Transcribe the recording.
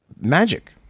magic